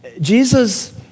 Jesus